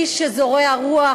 מי שזורע רוח,